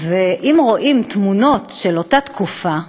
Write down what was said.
אם רואים תמונות של אותה תקופה,